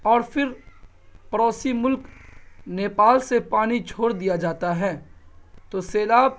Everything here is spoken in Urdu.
اور پھر پروسی ملک نیپال سے پانی چھوڑ دیا جاتا ہے تو سیلاب